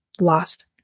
lost